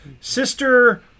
Sister